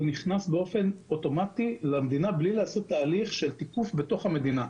הוא נכנס באופן אוטומטי למדינה בלי לעשות תהליך של תיקוף בתוך המדינה.